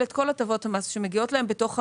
את כל הטבות המס שמגיעות להם בתוך המערכת.